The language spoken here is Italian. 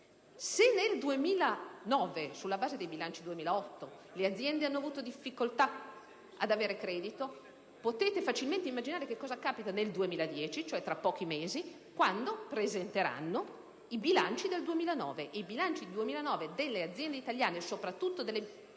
se nel 2009, sulla base dei bilanci del 2008, le aziende hanno avuto difficoltà ad avere credito, potrete facilmente immaginare che cosa capiterà nel 2010, ossia tra pochi mesi, quando presenteranno i bilanci del 2009. I bilanci del 2009 delle aziende italiane, soprattutto delle